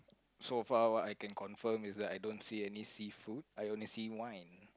so far what I can confirm is that I don't see any seafood I only see wine